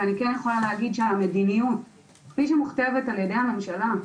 ואני כן יכולה להגיד שהמדיניות כפי שהיא מוכתבת על ידי הממשלה,